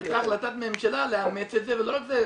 הייתה החלטת ממשלה לאמץ את זה ולא רק זה,